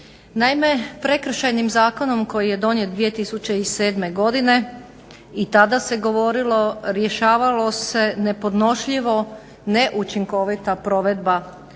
Naime, Prekršajnim zakonom koji je donijet 2007. godine, i tada se govorilo, rješavala se nepodnošljiva neučinkovita provedba